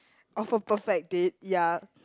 of a perfect date ya